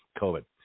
COVID